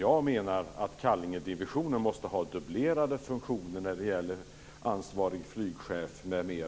Jag menar att Kallingedivisionen måste ha dubblerade funktioner när det gäller ansvarig flygchef m.m.